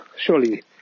surely